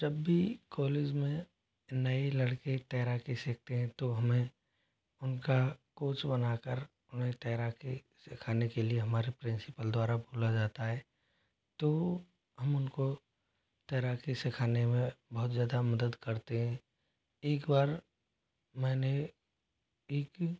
जब भी कॉलेज में नए लड़के तैराकी सीखते हैं तो हमें उनका कोच बनाकर उन्हें तैराकी सिखाने के लिए हमारे प्रिंसिपल द्वारा बोला जाता है तो हम उनको तैराकी सिखाने में बहुत ज़्यादा मदद करते हैं एक बार मैंने एक